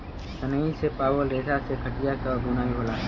सनई से पावल रेसा से खटिया क बुनाई होला